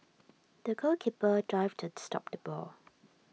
the goalkeeper dived to stop the ball